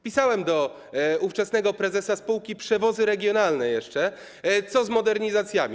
Pisałem do ówczesnego prezesa spółki Przewozy Regionalne, pytałem, co z modernizacjami.